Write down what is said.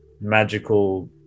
magical